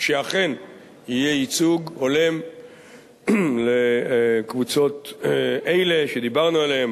שאכן יהיה ייצוג הולם לקבוצות אלה שדיברנו עליהן,